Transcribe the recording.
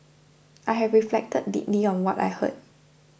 I have reflected deeply on what I heard